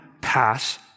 pass